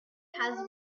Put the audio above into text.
has